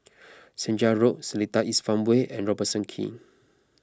Senja Road Seletar East Farmway and Robertson Quay